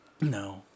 No